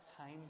time